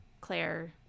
Claire